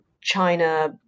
China